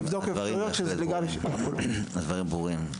לבדוק אפשרויות בגלל --- הדברים ברורים.